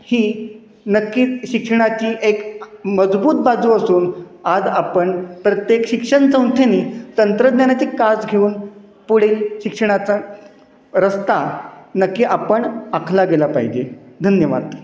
ही नक्कीच शिक्षणाची एक मजबूत बाजू असून आज आपण प्रत्येक शिक्षणसंस्थेने तंत्रज्ञानाची कास घेऊन पुढील शिक्षणाचा रस्ता नक्की आपण आखला गेला पाहिजे धन्यवाद